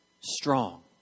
strong